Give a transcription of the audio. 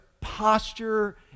posture